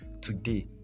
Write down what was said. today